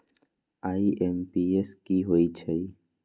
IMPS की होईछइ?